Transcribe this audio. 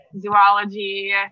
zoology